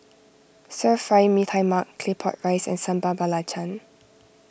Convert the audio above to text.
Stir Fry Mee Tai Mak Claypot Rice and Sambal Belacan